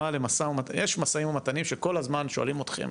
יש משאים ומתנים שכל הזמן שואלים אתכם,